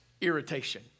irritation